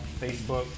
Facebook